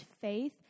faith